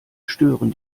stören